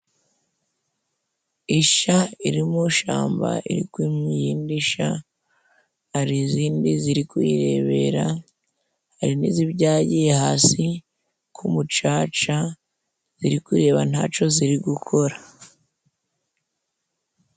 Isha iri mu shamba iri kwimya iyindi sha, hari izindi ziri kuyirebera, hari n'izibyagiye hasi ku mucaca, ziri kureba ntaco ziri gukora.